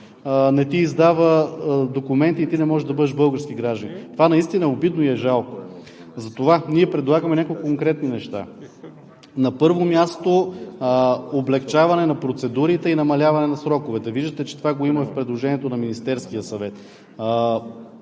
не ти издава документи и ти не можеш да бъдеш български гражданин.“ Това наистина е обидно и е жалко. Затова ние предлагаме няколко конкретни неща. На първо място – облекчаване на процедурите и намаляване на сроковете. Виждате, че това го има в предложението на Министерския съвет.